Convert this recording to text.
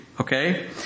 Okay